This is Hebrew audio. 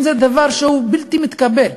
אם זה דבר שהוא בלתי מתקבל,